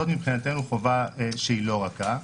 זאת מבחינתנו חובה שהיא לא רכה.